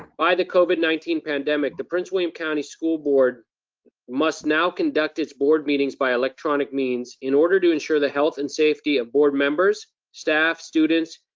by the covid nineteen pandemic, the prince william county school board must now conduct its board meetings by electronic means, in order to ensure the health and safety of board members, staff, students,